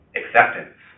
acceptance